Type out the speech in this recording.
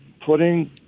putting